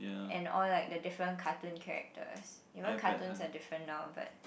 and all like the different cartoon characters you know cartoons are different now but